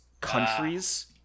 countries